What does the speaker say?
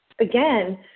again